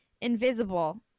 invisible